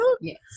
yes